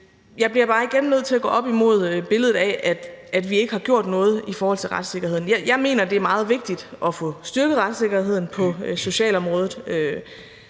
Jeg bliver bare igen nødt til at gå op imod billedet af, at vi ikke har gjort noget i forhold til retssikkerheden. Jeg mener, det er meget vigtigt at få styrket retssikkerheden på socialområdet.